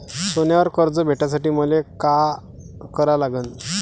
सोन्यावर कर्ज भेटासाठी मले का करा लागन?